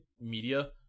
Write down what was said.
media